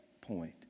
point